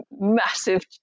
massive